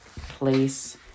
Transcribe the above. place